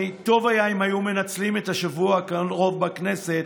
טוב היה אם היו מנצלים את השבוע הקרוב בכנסת